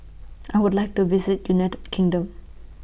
I Would like to visit United Kingdom